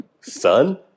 son